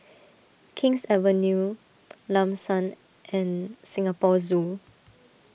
King's Avenue Lam San and Singapore Zoo